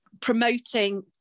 promoting